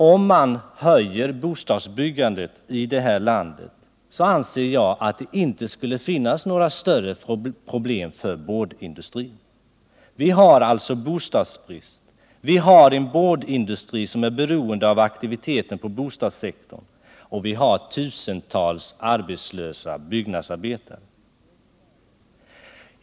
Om man höjde bostadsbyggandet borde det i nuläget inte finnas några större problem för boarden. Vi har bostadsbrist, och vi har en boardindustri som är beroende av aktiviteten på bostadssektorn. Vi har dessutom tusentals arbetslösa byggnadsarbetare.